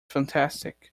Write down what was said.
fantastic